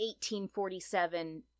1847